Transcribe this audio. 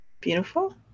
Beautiful